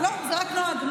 זה רק נוהג.